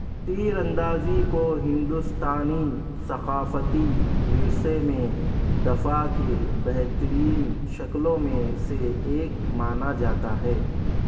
تیر اندازی کو ہندوستانی ثقافتی ورثے میں دفاع کے بہترین شکلوں میں سے ایک مانا جاتا ہے